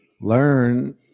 learn